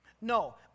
No